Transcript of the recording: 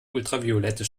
ultraviolette